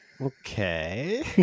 Okay